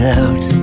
out